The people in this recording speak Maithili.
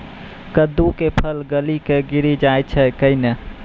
कददु के फल गली कऽ गिरी जाय छै कैने?